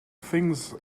things